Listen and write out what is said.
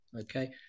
okay